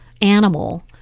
animal